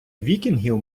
вікінгів